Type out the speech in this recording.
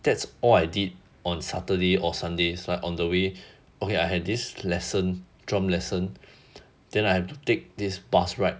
that's all I did on saturday or sunday so like on the way okay I had this lesson drum lesson then I have to take this bus right